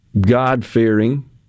God-fearing